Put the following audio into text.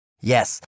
Yes